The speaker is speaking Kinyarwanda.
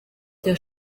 cya